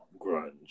grunge